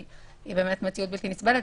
היא מציאות בלתי נסבלת.